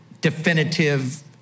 definitive